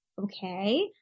okay